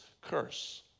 curse